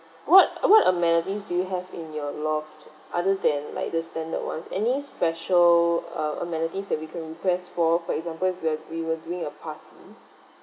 what what amenities do you have in your loft other than like the standard ones any special uh amenities that we can request for for example if we are we were doing a party